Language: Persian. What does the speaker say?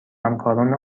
همکاران